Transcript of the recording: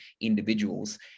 individuals